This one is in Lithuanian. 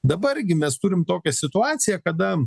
dabar gi mes turim tokią situaciją kada